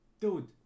dude